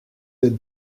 êtes